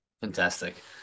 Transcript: Fantastic